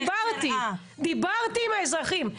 דיברתי עם האזרחים.